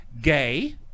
gay